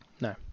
No